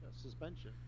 suspension